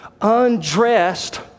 undressed